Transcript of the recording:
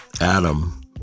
Adam